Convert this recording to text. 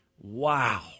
Wow